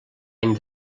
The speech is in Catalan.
any